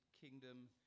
Kingdom